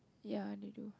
ya